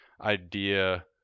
idea